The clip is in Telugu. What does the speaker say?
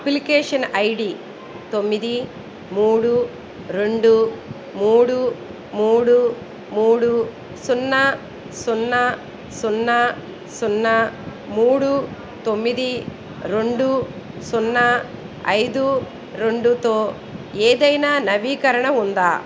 అప్లికేషన్ ఐ డీ తొమ్మిది మూడు రెండు మూడు మూడు మూడు సున్నా సున్నా సున్నా సున్నా మూడు తొమ్మిది రెండు సున్నా ఐదు రెండుతో ఏదైనా నవీకరణ ఉందా